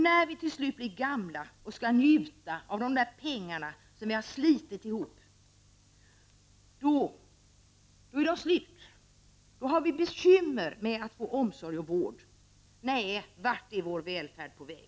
När vi till slut blir gamla och skall njuta av de pengar som vi har slitit ihop, då är de kanske slut. Då får vi bekymmer med att få omsorg eller vård! Nej, vart är vår välfärd på väg?